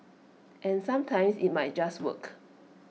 and sometimes IT might just work